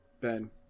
ben